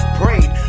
prayed